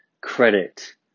credit